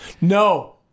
No